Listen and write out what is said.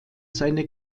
seine